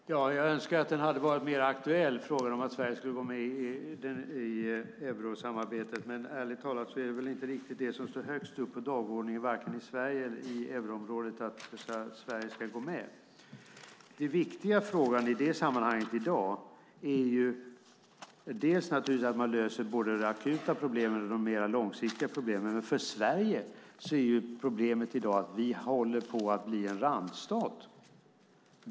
Herr talman! Jag önskar att frågan om att Sverige ska gå med i eurosamarbetet skulle vara mer aktuell, men ärligt talat är det väl inte riktigt att Sverige ska gå med som står högst upp på dagordningen vare sig i Sverige eller i euroområdet. Den viktiga frågan i detta sammanhang i dag är naturligtvis att man löser både de akuta problemen och de mer långsiktiga problemen, men för Sverige är problemet i dag att vi håller på att bli en randstat.